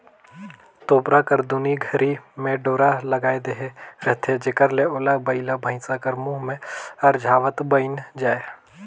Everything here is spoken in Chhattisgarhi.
तोबरा कर दुनो घरी मे डोरा लगाए देहे रहथे जेकर ले ओला बइला भइसा कर मुंह मे अरझावत बइन जाए